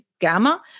gamma